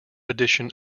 edition